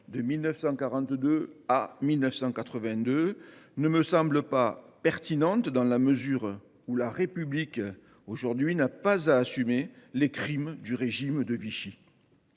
de 1942 à 1982, ne me semble pas pertinente dans la mesure où la République n’a pas à assumer les crimes du régime de Vichy.